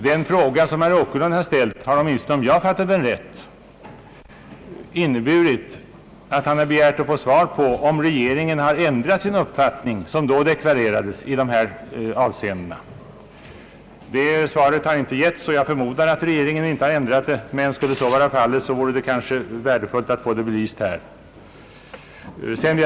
Den fråga som herr Åkerlund har ställt innebär, åtminstone om jag har fattat honom rätt, att han har begärt att få veta om regeringen har ändrat den uppfattning som den sålunda tidigare deklarerat. Det svaret har inte givits, och jag förmodar att regeringen inte har ändrat sig. Skulle så emellertid vara fallet, hade det varit värdefullt att få det klarlagt här och nu.